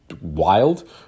wild